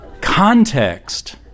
Context